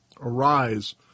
Arise